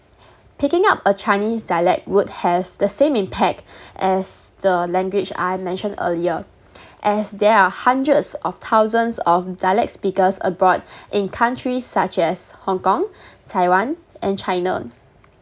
picking up a chinese dialect would have the same impact as the language I mentioned earlier as there are hundreds of thousands of dialect speakers abroad in countries such as hong kong taiwan and china